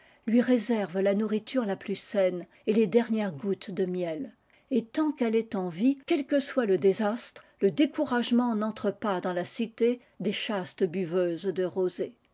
lui réservent la r triturp la plus saine et les dernières abeilles de miel et tant qu'elle est en vie quel que soit le désastre le découragement n'entre pas dans la cité des chastes buveuses de rosée